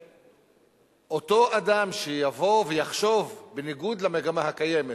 ואותו אדם שיבוא ויחשוב, בניגוד למגמה הקיימת,